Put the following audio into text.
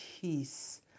peace